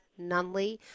Nunley